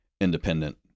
independent